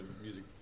music